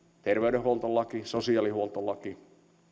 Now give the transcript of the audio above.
terveydenhuoltolaki sosiaalihuoltolaki